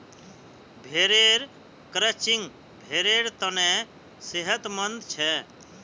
भेड़ेर क्रचिंग भेड़ेर तने सेहतमंद छे